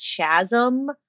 chasm